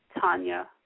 Tanya